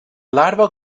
larva